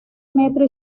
metro